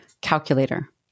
calculator